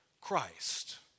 Christ